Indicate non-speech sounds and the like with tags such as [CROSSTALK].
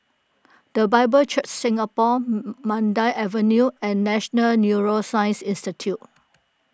the Bible Church Singapore [HESITATION] Mandai Avenue and National Neuroscience Institute